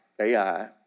AI